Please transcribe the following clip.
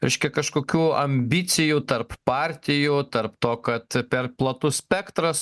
reiškia kažkokių ambicijų tarp partijų tarp to kad per platus spektras